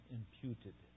imputed